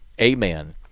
Amen